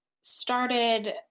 started